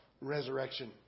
resurrection